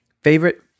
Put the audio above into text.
Favorite